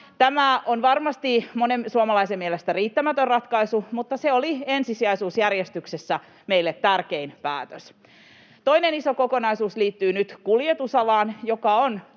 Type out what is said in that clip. Tämä on varmasti monen suomalaisen mielestä riittämätön ratkaisu, mutta se oli ensisijaisuusjärjestyksessä meille tärkein päätös. Toinen iso kokonaisuus liittyy nyt kuljetusalaan, joka on